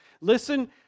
Listen